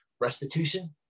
restitution